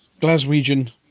Glaswegian